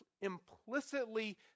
implicitly